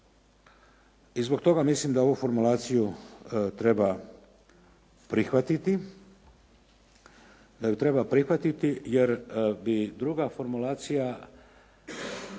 I zbog toga mislim da ovu formulaciju treba prihvatiti, jer bi druga formulacija